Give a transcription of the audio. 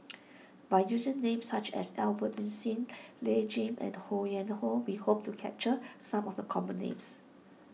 by using names such as Albert Winsemius Lim Jay and Ho Yuen Hoe we hope to capture some of the common names